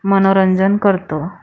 मनोरंजन करतो